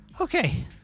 okay